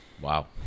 Wow